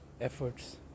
efforts